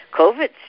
COVID